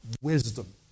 wisdom